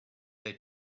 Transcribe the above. they